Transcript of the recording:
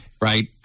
Right